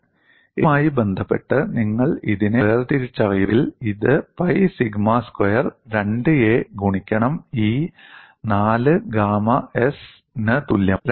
a യുമായി ബന്ധപ്പെട്ട് നിങ്ങൾ ഇതിനെ വേർതിരിച്ചറിയുകയാണെങ്കിൽ ഇത് പൈ സിഗ്മ സ്ക്വയർ 2a ഹരിക്കണം E 4 ഗാമാ s ന് തുല്യമാണ്